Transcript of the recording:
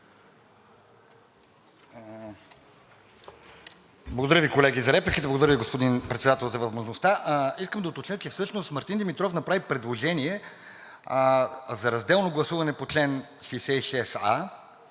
Благодаря Ви, колеги, за репликите. Благодаря Ви, господин Председател, за възможността. Искам да уточня, че всъщност Мартин Димитров направи предложение за разделно гласуване по чл. 66а,